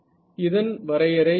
இதன் வரையறை என்ன